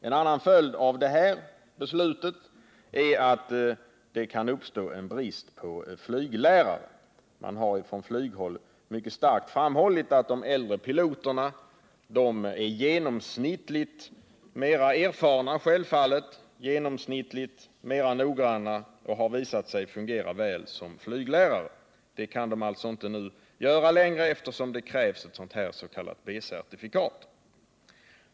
En annan följd av detta beslut är att det kan uppstå en brist på flyglärare. Man har från flyghåll mycket starkt framhållit att de äldre piloterna självfallet är genomsnittligt mer erfarna och noggranna. De har visat sig fungera väl såsom flyglärare. Det kan de nu inte göra längre, eftersom det krävs ett sådant här s.k. B-certifikat.